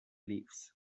lives